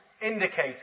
indicators